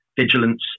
vigilance